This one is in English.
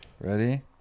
Ready